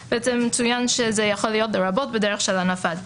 צוין שזה יכול להיות לרבות בדרך של הנפת דגל.